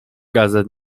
gazet